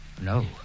No